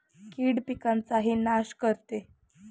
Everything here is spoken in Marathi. कीड पिकाचाही नाश करते